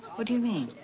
what do you mean?